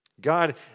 God